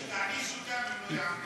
תעניש אותן אם הן לא יעמדו בזה.